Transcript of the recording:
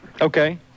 Okay